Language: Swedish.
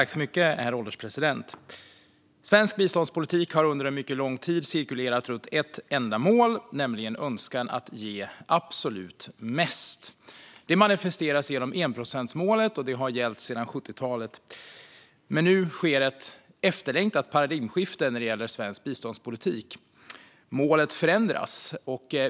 Herr ålderspresident! Svensk biståndspolitik har under en mycket lång tid cirkulerat runt ett enda mål, nämligen önskan att ge absolut mest. Det har manifesterats genom enprocentsmålet, och det har gällt sedan 70-talet. Men nu sker ett efterlängtat paradigmskifte vad gäller svensk biståndspolitik. Målet förändras.